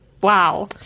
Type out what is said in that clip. Wow